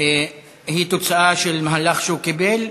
היא תוצאה של מהלך שהוא קיבל?